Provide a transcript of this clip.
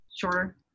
shorter